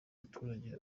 umuturage